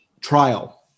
trial